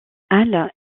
halle